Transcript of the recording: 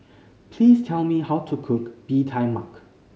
please tell me how to cook Bee Tai Mak